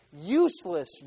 useless